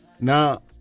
Now